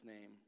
name